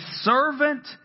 servant